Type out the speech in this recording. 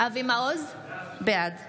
אבי מעוז, בעד